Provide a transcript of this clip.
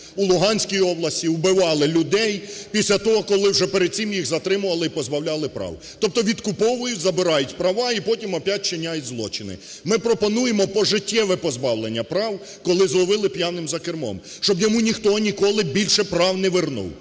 в Луганській області, вбивали людей після того, коли вже перед цим їх затримували і позбавляли прав. Тобто відкуповують, забирають права і потім оп'ять вчиняють злочини. Ми пропонуємо пожиттєве позбавлення прав, коли зловили п'яним за кермом, щоб йому ніхто ніколи більше прав не вернув.